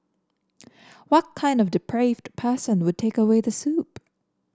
what kind of depraved person would take away the soup